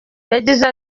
yagize